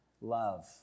love